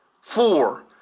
Four